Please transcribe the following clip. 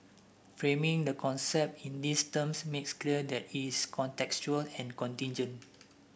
framing the concept in these terms makes clear that is contextual and contingent